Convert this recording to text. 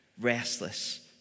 restless